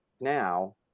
now